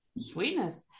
sweetness